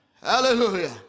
Hallelujah